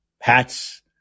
hats